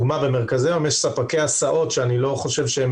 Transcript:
במרכזי יום יש למשל ספקי הסעות שאני לא חושב שהם